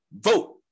vote